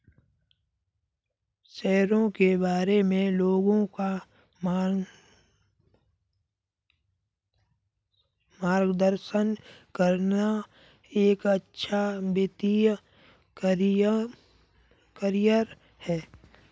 शेयरों के बारे में लोगों का मार्गदर्शन करना एक अच्छा वित्तीय करियर है